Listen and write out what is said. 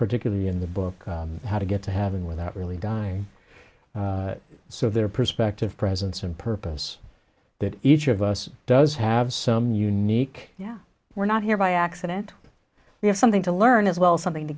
particularly in the book how to get to have an without really dying so their perspective presence and purpose that each of us does have some unique yeah we're not here by accident we have something to learn as well something to